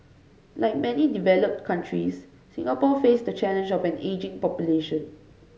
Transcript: like many developed countries Singapore faces the challenge of an ageing population